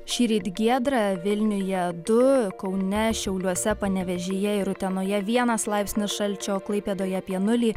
šįryt giedra vilniuje du kaune šiauliuose panevėžyje ir utenoje vienas laipsnis šalčio klaipėdoje apie nulį